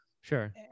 Sure